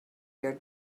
your